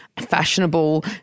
fashionable